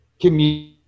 community